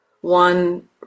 One